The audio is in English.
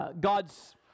God's